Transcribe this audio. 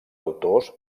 autors